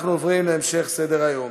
אנחנו עוברים להמשך סדר-היום: